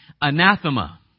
Anathema